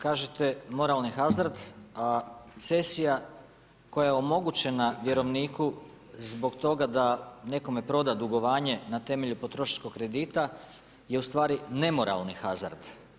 Kažete moralni hazard, a cesija koja je omogućena vjerovniku zbog toga da nekome proda dugovanje na temelju potrošačkog kredita je ustvari nemoralni hazard.